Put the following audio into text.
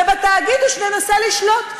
ובתאגידוש ננסה לשלוט,